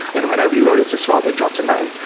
and when i rewrote it to svelte, it dropped to nine.